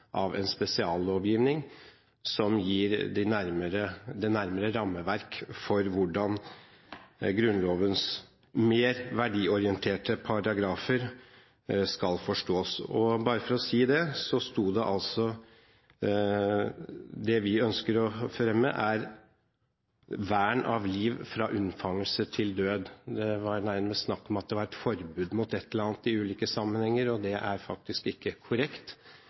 av en spesiallovgivning som gir det nærmere rammeverk for hvordan Grunnlovens mer verdiorienterte paragrafer skal forstås. Bare for å si det: Det vi ønsker å fremme, er vern av liv fra unnfangelse til død. Det var nærmest snakk om at det var et forbud mot et eller annet i ulike sammenhenger – det er faktisk ikke korrekt.